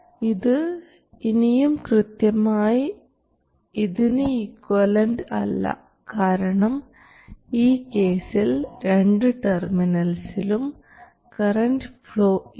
ഇത് ഇനിയും കൃത്യമായി ഇതിന് ഇക്വിവാലന്റ് അല്ല കാരണം ഈ കേസിൽ രണ്ടു ടെർമിനൽസ്സിലും കറൻറ് ഫ്ലോ ഇല്ല